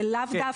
זה לאו דווקא.